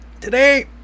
today